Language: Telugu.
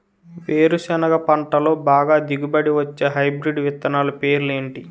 వేరుసెనగ పంటలో బాగా దిగుబడి వచ్చే హైబ్రిడ్ విత్తనాలు పేర్లు ఏంటి?